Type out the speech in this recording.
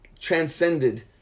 transcended